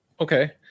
Okay